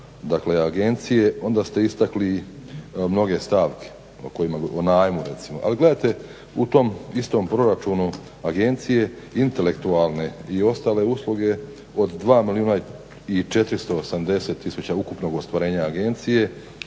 dakle agencije onda ste istakli mnoge stavke o kojima, gledajte o najmu recimo. Ali gledajte u tom istom proračunu agencije intelektualne i ostale usluge od 2 milijuna i 480 tisuća ukupnog ostvarenja agencije